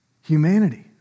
Humanity